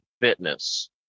fitness